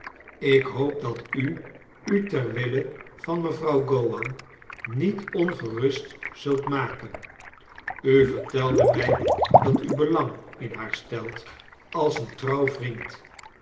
ik hoop dat u u ter wille van mevrouw gowan niet ongerust zult maken u vertelde mij dat u belang in haar stelt als een trouw vriend